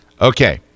Okay